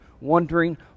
wondering